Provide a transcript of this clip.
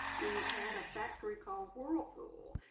we had a factory called whirlpool,